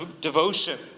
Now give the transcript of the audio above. devotion